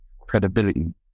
credibility